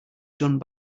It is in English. done